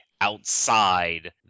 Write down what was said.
outside